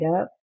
up